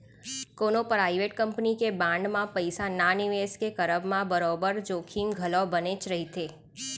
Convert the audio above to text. कोनो private company के bond म पइसा न निवेस के करब म बरोबर जोखिम घलौ बनेच रहिथे